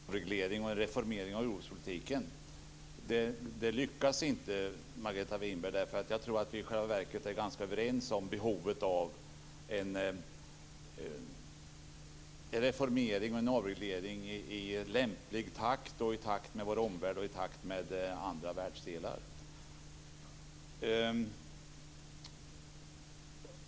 Fru talman! Jag förstod tidigare att Margareta Winberg försökte slå in något slags kil mellan oss när det gäller behovet av en avreglering av jordbrukspolitiken. Det lyckas inte, Margareta Winberg, för jag tror att vi i själva verket är ganska överens om behovet av en reformering och avreglering i lämplig takt, alltså i takt med vår omvärld och i takt med andra världsdelar.